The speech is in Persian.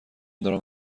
دارم